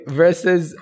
versus